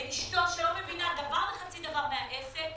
לאשתו, שלא מבינה דבר וחצי דבר מהעסק,